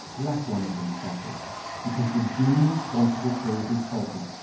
lack one of these factors because the gene responsible for it is faulty.